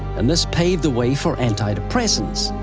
and this paved the way for antidepressants.